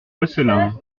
gosselin